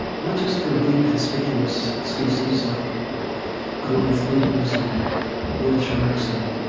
not just for big, conspicuous species like goliath groupers and whale sharks and